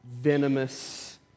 venomous